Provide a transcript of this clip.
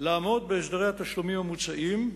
לעמוד בהסדרי התשלומים המוצעים.